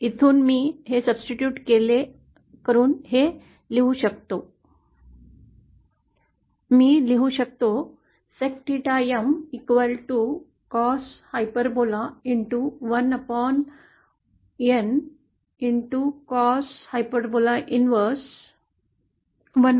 येथून मी हे बदलून येथे लिहू शकतो मी लिहू शकतो sec theta M cosh1N